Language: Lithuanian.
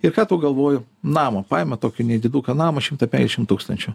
ir ką tu galvoji namo paima tokį nediduką namą šimtą penkiasdešim tūkstančių